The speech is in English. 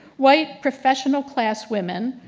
white professional class women,